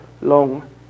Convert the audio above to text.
long